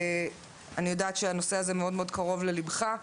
אני יודעת שהנושא הזה מאוד מאוד קרוב לליבך,